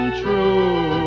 true